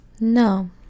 No